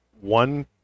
one